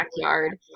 backyard